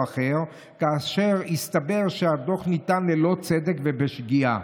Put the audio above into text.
אחר כאשר התברר שהדוח ניתן ללא צדק ובשגיאה.